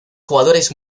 jugadores